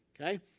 Okay